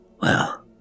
Well